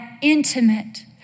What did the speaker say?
intimate